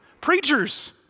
preachers